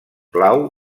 blau